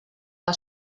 que